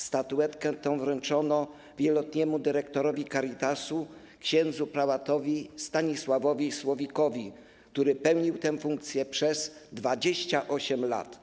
Statuetkę wręczono wieloletniemu dyrektorowi Caritasu ks. prałatowi Stanisławowi Słowikowi, który pełnił tę funkcję przez 28 lat.